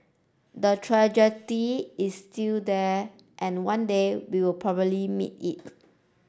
the trajectory is still there and one day we'll probably meet it